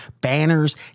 banners